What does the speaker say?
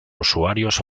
usuarios